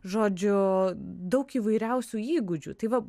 žodžiu daug įvairiausių įgūdžių tai va